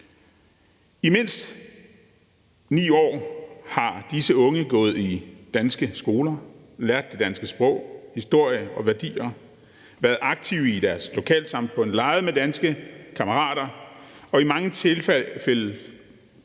I mindst 9 år har disse unge gået i danske skoler, lært det danske sprog, den danske historie og de danske værdier, været aktive i deres lokalsamfund, leget med danske kammerater, og i mange tilfælde